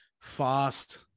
fast